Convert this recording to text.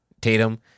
Tatum